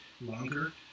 longer